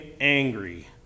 angry